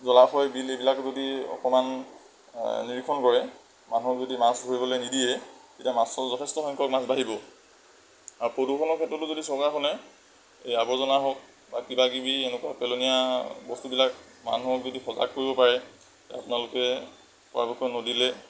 জলাশয় বিল এইবিলাক যদি অকণমান নিৰীক্ষণ কৰে মানুহক যদি মাছ ধৰিবলৈ নিদিয়ে তেতিয়া মাছৰ যথেষ্ট সংখ্যক মাছ বাঢ়িব আৰু প্ৰদূষণৰ ক্ষেত্ৰতো যদি চৰকাৰখনে এই আৱৰ্জনা হওক বা কিবাকিবি এনেকুৱা পেলনীয়া বস্তুবিলাক মানুহক যদি সজাগ কৰিব পাৰে আপোনালোকে পৰাপক্ষত নদীলৈ